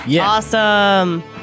Awesome